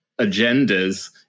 agendas